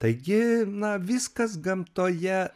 taigi na viskas gamtoje